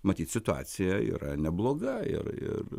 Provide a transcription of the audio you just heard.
matyt situacija yra nebloga ir ir